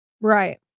Right